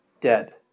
dead